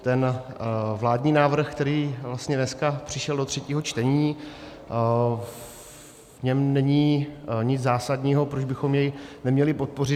Ten vládní návrh, který vlastně dneska přišel do třetího čtení, v něm není nic zásadního, proč bychom jej neměli podpořit.